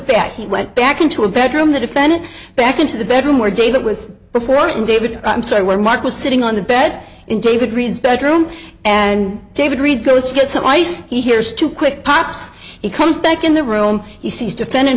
fact he went back into a bedroom the defendant back into the bedroom where david was before and david i'm sorry where mark was sitting on the bed in david reid's bedroom and david reid goes to get some ice he hears two quick pops he comes back in the room he sees defend